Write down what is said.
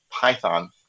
Python